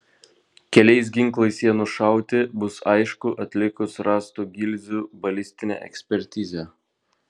keliais ginklais jie nušauti bus aišku atlikus rastų gilzių balistinę ekspertizę